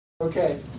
Okay